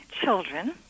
children